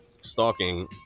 stalking